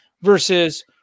versus